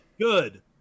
good